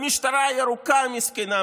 המשטרה הירוקה המסכנה,